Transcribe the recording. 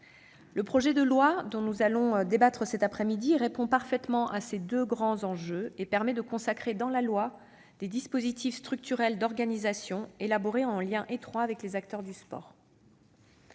Le projet de loi, dont nous allons débattre cet après-midi, répond parfaitement à ces deux grands enjeux et permet de consacrer dans la loi des dispositifs structurels d'organisation qui ont été élaborés en lien étroit avec les acteurs du sport.